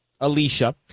Alicia